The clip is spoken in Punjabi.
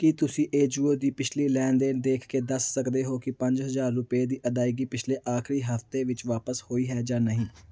ਕੀ ਤੁਸੀਂਂ ਏਜੀਓ ਦੀ ਪਿਛਲੀ ਲੈਣ ਦੇਣ ਦੇਖ ਕੇ ਦੱਸ ਸਕਦੇ ਹੋ ਕਿ ਪੰਜ ਹਜ਼ਾਰ ਰੁਪਏ ਦੀ ਅਦਾਇਗੀ ਪਿਛਲੇ ਆਖਰੀ ਹਫ਼ਤੇ ਵਿੱਚ ਵਾਪਸ ਹੋਈ ਹੈ ਜਾਂ ਨਹੀਂ